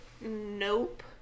Nope